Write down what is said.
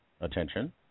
attention